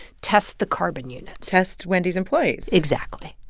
test the carbon units test wendy's employees exactly.